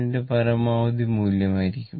707 പരമാവധി മൂല്യം ആയിരിക്കും